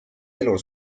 elu